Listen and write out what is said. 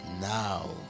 now